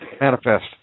Manifest